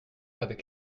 avec